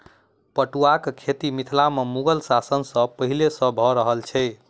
पटुआक खेती मिथिला मे मुगल शासन सॅ पहिले सॅ भ रहल छै